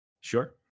sure